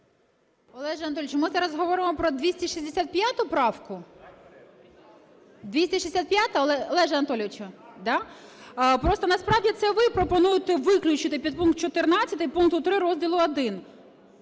Олеже Анатолійовичу, ми зараз говоримо про 265 правку? 265-а, Олеже Анатолійовичу. Да. Просто насправді це ви пропонуєте виключити підпункт 14 пункт 3 розділу I.